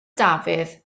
dafydd